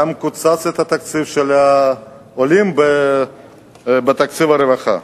קוצץ גם תקציב העולים בתקציב הרווחה.